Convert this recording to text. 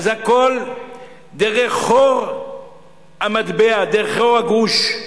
אז הכול דרך חור המטבע, דרך חור הגרוש,